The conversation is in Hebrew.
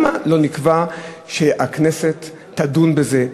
שנקבע שהכנסת תדון בזה.